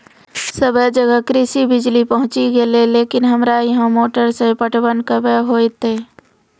सबे जगह कृषि बिज़ली पहुंची गेलै लेकिन हमरा यहाँ मोटर से पटवन कबे होतय?